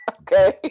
okay